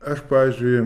aš pavyzdžiui